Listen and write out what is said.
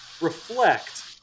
reflect